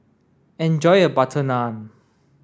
enjoy your butter naan